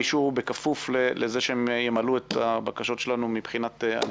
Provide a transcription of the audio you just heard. האישור כפוף לכך שהם ימלאו את הבקשות שלנו בעניין הנתונים.